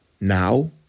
Now